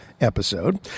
episode